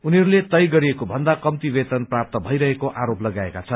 उनीहरूले तय गरिएको भन्दा कम्ती वेतन प्राप्त भइरहेको आरोप लगाएका छन्